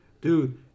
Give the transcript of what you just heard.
Dude